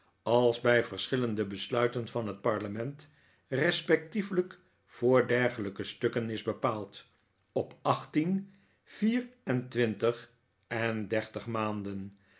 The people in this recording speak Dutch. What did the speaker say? als bij verschillende besluiten van het parlement respectievelijk voor dergelijke stukken is bepaald op achttien vier en twintig en dertig maanden